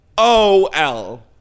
O-L